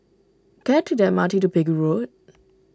can I take the M R T to Pegu Road